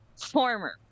former